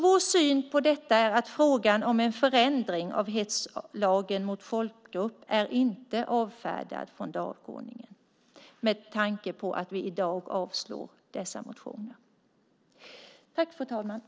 Vår syn på detta är att frågan om en ändring av lagen om hets mot folkgrupp inte är avfärdad från dagordningen med tanke på att vi i dag avstyrker dessa motioner.